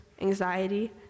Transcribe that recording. anxiety